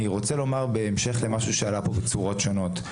אני רוצה לומר בהמשך למשהו שעלה פה בצורות שונות.